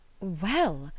Well